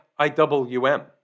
IWM